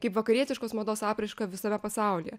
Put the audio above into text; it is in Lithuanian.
kaip vakarietiškos mados apraišką visame pasaulyje